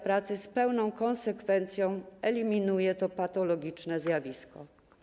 Pracy z pełną konsekwencją eliminuje to patologiczne zjawisko.